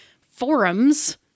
forums